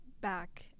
back